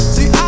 See